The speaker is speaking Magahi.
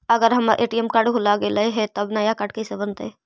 अगर हमर ए.टी.एम कार्ड भुला गैलै हे तब नया काड कइसे बनतै?